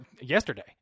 yesterday